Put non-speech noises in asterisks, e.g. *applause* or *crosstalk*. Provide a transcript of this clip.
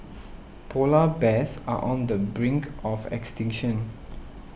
*noise* Polar Bears are on the brink of extinction